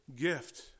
gift